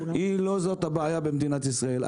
לא זאת הבעיה במדינת ישראל.